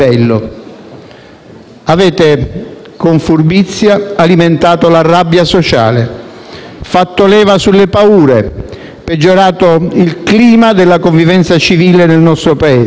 Avete con furbizia alimentato la rabbia sociale, fatto leva sulle paure, peggiorato il clima della convivenza civile del nostro Paese;